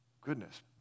Goodness